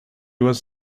was